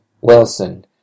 Wilson